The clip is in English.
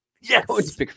Yes